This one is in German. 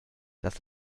das